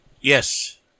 Yes